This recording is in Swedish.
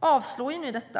avstyrker ni detta.